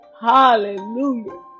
Hallelujah